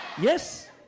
yes